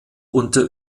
unter